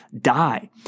die